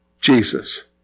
Jesus